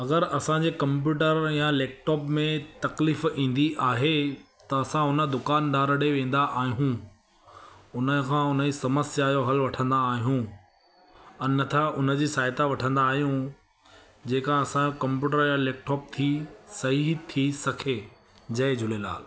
अगरि असांजे कम्पयूटर या लैपटॉप में तकलीफ़ ईंदी आहे त असां उन दुकानदार ॾे वेंदा आहियूं उनखां उन समस्या जो हल वठंदा आहियूं अन्यथा उनजी सहायता वठंदा आहियूं जेका असांजो कप्यूटर या लैपटॉप थी सही थी सघे जय झूलेलाल